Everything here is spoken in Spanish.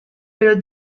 pero